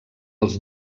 els